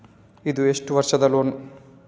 ಇದು ಎಷ್ಟು ವರ್ಷದ ಲೋನ್?